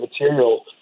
material